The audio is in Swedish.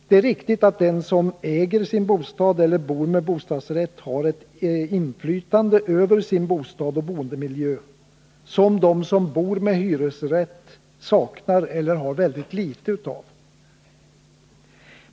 Det är riktigt att den som äger sin bostad eller bor med bostadsrätt har ett inflytande över sin bostad och boendemiljö som de som bor med hyresrätt saknar eller har väldigt litet av.